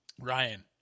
Ryan